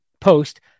post